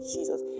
Jesus